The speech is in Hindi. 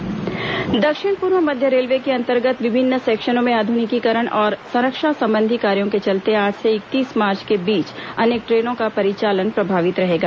ट्रेन प्रभावित दक्षिण पूर्व मध्य रेलवे के अंतर्गत विभिन्न सेक्शनों में आधुनिकीकरण और संरक्षा संबंधी कार्यों के चलते आज से इकतीस मार्च के बीच अनेक ट्रेनों का परिचालन प्रभावित रहेगा